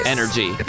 Energy